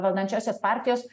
valdančiosios partijos